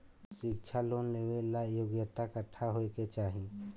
शिक्षा लोन लेवेला योग्यता कट्ठा होए के चाहीं?